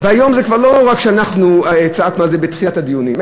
והיום זה כבר לא רק שאנחנו צעקנו בתחילת הדיונים,